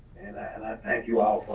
and i thank you all